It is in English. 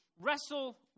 wrestle